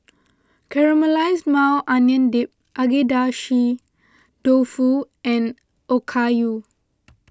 Caramelized Maui Onion Dip Agedashi Dofu and Okayu